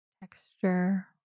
texture